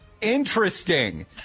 interesting